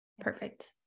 perfect